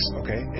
okay